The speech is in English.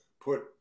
put